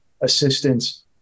assistance